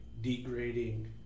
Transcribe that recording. degrading